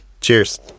Cheers